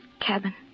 Cabin